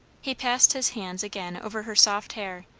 he passed his hands again over her soft hair,